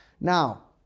Now